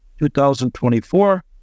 2024